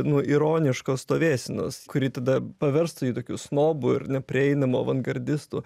nu ironiškos stovėsenos kuri tada paverstų jį tokių snobu ir neprieinamu avangardistu